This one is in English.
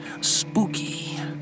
spooky